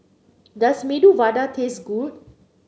does Medu Vada taste good